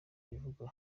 bivugwa